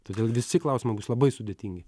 todėl visi klausimai bus labai sudėtingi